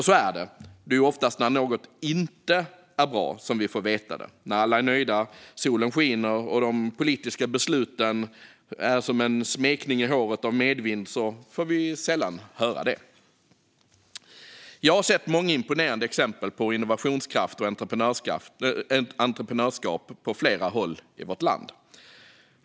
Så är det; det är oftast när något inte är bra som vi får veta det. När alla är nöjda, solen skiner och de politiska besluten är som en smekning i håret av medvind får vi sällan höra det. Jag har sett många imponerande exempel på innovationskraft och entreprenörskap på flera håll i vårt land.